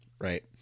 right